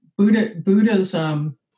Buddhism